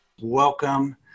Welcome